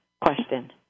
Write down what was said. question